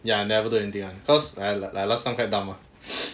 ya never do anything [one] cause like last time quite dumb mah